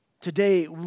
Today